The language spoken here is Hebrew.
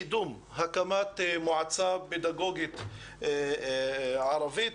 קידום הקמת מועצה פדגוגית ערבית.